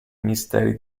misteri